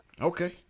okay